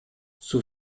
суу